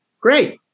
Great